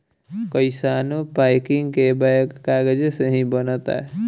कइसानो पैकिंग के बैग कागजे से ही बनता